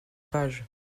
page